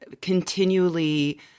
continually